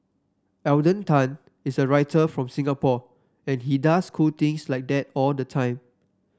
Alden Tan is a writer from Singapore and he does cool things like that all the time